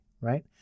Right